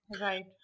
Right